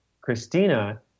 Christina